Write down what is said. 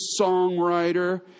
songwriter